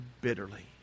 bitterly